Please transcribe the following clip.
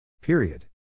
Period